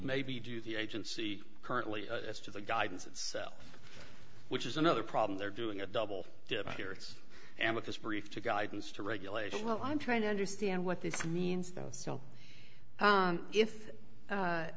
maybe do the agency currently as to the guidance itself which is another problem they're doing a double dip here it's and with this brief to guidance to regulation well i'm trying to understand what this means though so if if